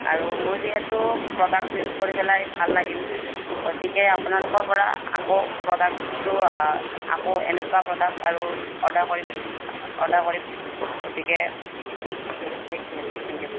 আৰু মোৰ যিহেতু প্ৰডাক্টটো ইউচ কৰি পেলাই ভাল লাগিল গতিকে আপোনালোকৰপৰা আকৌ প্ৰডাক্টটো আকৌ এনেকুৱা প্ৰডাক্ট আৰু অৰ্ডাৰ কৰিম অৰ্ডাৰ কৰিম গতিকে ঠিক আছে ঠিক আছে থেংক ইউ